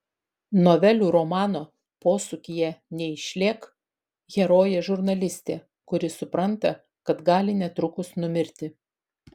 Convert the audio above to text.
novelių romano posūkyje neišlėk herojė žurnalistė kuri supranta kad gali netrukus numirti